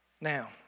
Now